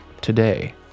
Today